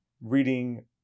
reading